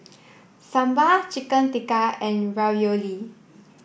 Sambar Chicken Tikka and Ravioli